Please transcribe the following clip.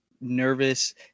nervous